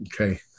okay